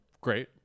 Great